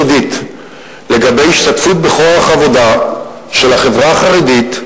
שעשה עבודה מאוד מאוד יסודית לגבי השתתפות בכוח העבודה של החברה החרדית,